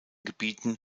gebieten